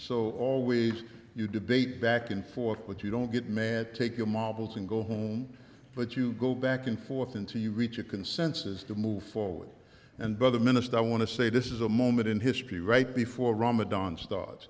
so always you debate back and forth but you don't get mad take your marbles and go home but you go back and forth into you reach a consensus to move forward and by the minister i want to say this is a moment in history right before ramadan start